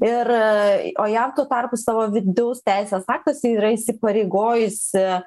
ir o jav tuo tarpu savo vidaus teisės aktuose yra įsipareigojusi